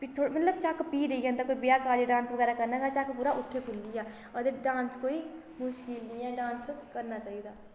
फ्ही मतलब कि झक्क फ्ही रेही जन्दा कोई ब्याह् कारज डांस बगैरा करना होऐ ते झक्क पूरा उत्थें खुल्ली गेआ अते डांस कोई मुश्कल नी ऐ डांस करना चाहिदा